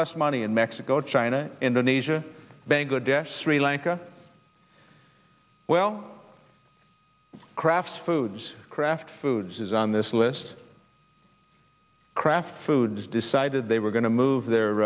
less money in mexico china indonesia bangladesh sri lanka well kraft foods kraft foods is on this list kraft foods decided they were going to move